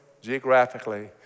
geographically